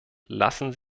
lassen